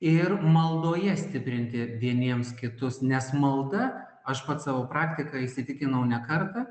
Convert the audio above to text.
ir maldoje stiprinti vieniems kitus nes malda aš pats savo praktika įsitikinau ne kartą